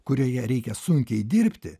kurioje reikia sunkiai dirbti